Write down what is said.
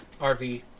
RV